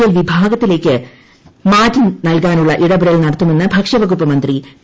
L വിഭാഗത്തിലേക്ക് മാറ്റി നൽകാനുള്ള ഇടപെടൽ നടത്തുമെന്ന് ഭക്ഷ്യവകുപ്പ് മന്ത്രി പി